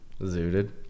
zooted